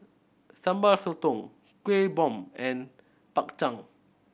Sambal Sotong Kuih Bom and Bak Chang